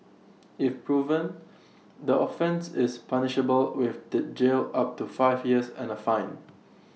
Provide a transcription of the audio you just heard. if proven the offence is punishable with the jail up to five years and A fine